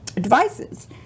devices